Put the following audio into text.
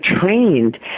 trained